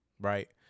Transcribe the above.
right